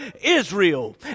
Israel